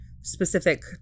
specific